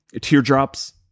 teardrops